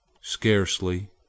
Scarcely